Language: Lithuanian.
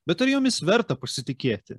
bet ar jomis verta pasitikėti